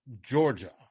Georgia